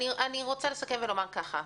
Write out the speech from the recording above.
אני רוצה לסכם כדלהלן.